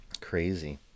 crazy